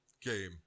Game